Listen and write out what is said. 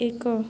ଏକ